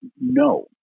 no